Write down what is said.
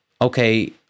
okay